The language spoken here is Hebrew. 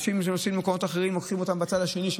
את האנשים שנוסעים למקומות אחרים לוקחים בצד השני של